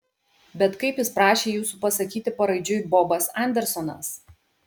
bet kaip jis prašė jūsų pasakyti paraidžiui bobas andersonas